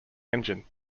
engine